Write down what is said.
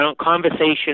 conversation